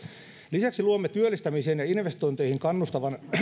lisäksi luomme työllistämiseen ja investointeihin kannustavan